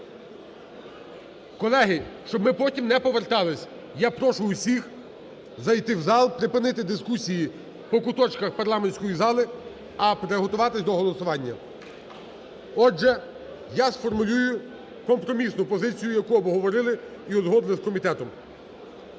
Колеги, щоб ми потім не повертались, я прошу всіх зайти в зал, припинити дискусії по куточках парламентської зали, а приготуватись до голосування. Отже, я сформулюю компромісну позицію, яку обговорили і узгодили з комітетом.